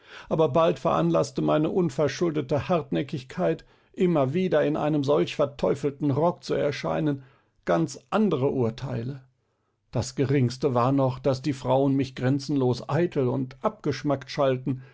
aber bald veranlaßte meine unverschuldete hartnäckigkeit immer wieder in einem solch verteufelten rock zu erscheinen ganz andere urteile das geringste war noch daß die frauen mich grenzenlos eitel und abgeschmackt schalten